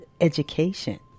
education